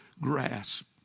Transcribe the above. grasp